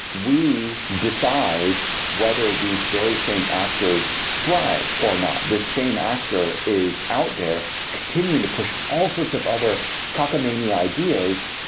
we decide whether these very same actors thrive or not. this same actor is out there continuing to push all sorts of other cockamamie ideas.